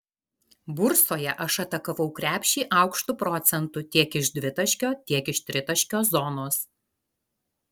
bursoje aš atakavau krepšį aukštu procentu tiek iš dvitaškio tiek iš tritaškio zonos